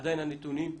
עדיין הנתונים בתת-דיווח.